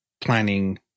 planning